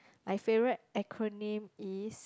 my favourite acronym is